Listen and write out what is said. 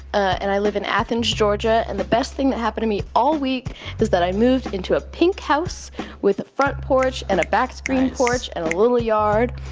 and i live in athens, ga. and the best thing that happened to me all week is that i moved into a pink house with a front porch. nice and a backscreen porch and a little yard.